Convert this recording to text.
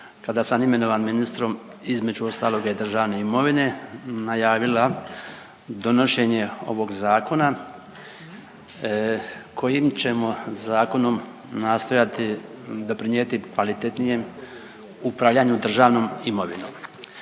kada sam imenovan ministrom između ostaloga i državne imovine najavila donošenje ovog zakona kojim ćemo zakonom nastojati doprinijeti kvalitetnijem upravljanju državnom imovinom.